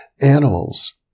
animals